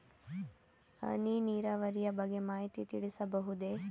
ಹನಿ ನೀರಾವರಿಯ ಬಗ್ಗೆ ಮಾಹಿತಿ ತಿಳಿಸಬಹುದೇ?